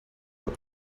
what